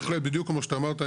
בדיוק, כמו שאמרת.